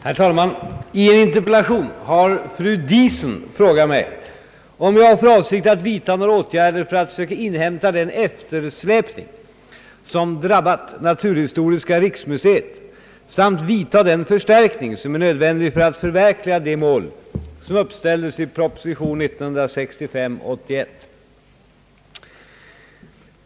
Herr talman! I en interpellation har fru Diesen frågat mig om jag har för avsikt att vidta några åtgärder för att söka inhämta den eftersläpning som drabbat naturhistoriska = riksmuseet samt vidta den förstärkning som är nödvändig för att förverkliga det mål som uppställdes i prop. 1965: 81.